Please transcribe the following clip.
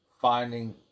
finding